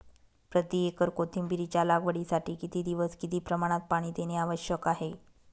प्रति एकर कोथिंबिरीच्या लागवडीसाठी किती दिवस किती प्रमाणात पाणी देणे आवश्यक आहे?